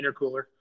intercooler